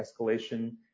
escalation